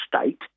state